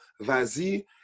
vas-y